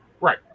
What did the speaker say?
Right